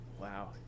Wow